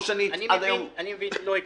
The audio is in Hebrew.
אני מבין שלא הגזמתי.